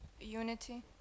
unity